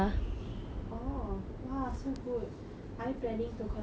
orh !wah! so good are you planning to continue all the way